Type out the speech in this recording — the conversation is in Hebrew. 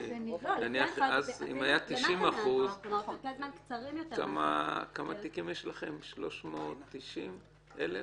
אם היה 90% כמה תיקים יש לכם, 390,000?